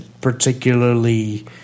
particularly